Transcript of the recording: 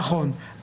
נכון.